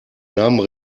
namen